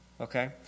Okay